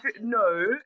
No